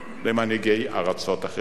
למנהיגי ארצות אחרות.